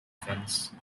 fence